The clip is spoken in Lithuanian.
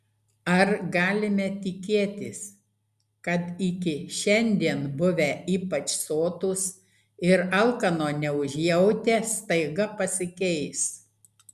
ar galime tikėtis kad iki šiandien buvę ypač sotūs ir alkano neužjautę staiga pasikeis